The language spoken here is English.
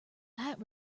that